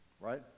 Right